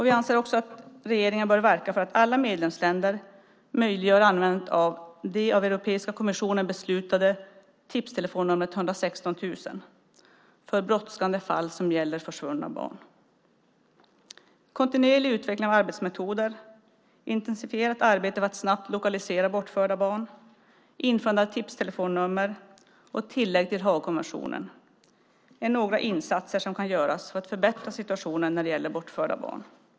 Vi anser också att regeringen bör verka för att alla medlemsländer ska möjliggöra användandet av det av Europeiska kommissionen beslutade tipstelefonnumret 116 000 för brådskande fall som gäller försvunna barn. Kontinuerlig utveckling av arbetsmetoder, intensifierat arbete för att snabbt lokalisera bortförda barn, införande av tipstelefonnummer och tillägg till Haagkonventionen är några insatser som kan göras för att förbättra situationen när det gäller bortförda barn.